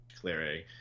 clearing